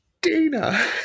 Dana